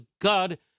God